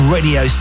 Radio